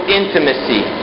intimacy